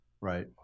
Right